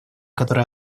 которые